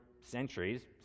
centuries